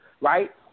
right